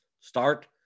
start